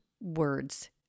words